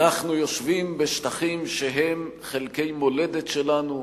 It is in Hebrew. אנחנו יושבים בשטחים שהם חלקי מולדת שלנו,